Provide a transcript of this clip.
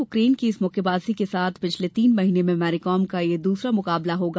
Ukraine की इस मुक्केबाज के साथ पिछले तीन महीने में मेरिकॉम का यह दूसरा मुकाबला होगा